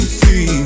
see